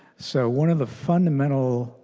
so one of the fundamental